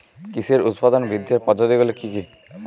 কৃষির উৎপাদন বৃদ্ধির পদ্ধতিগুলি কী কী?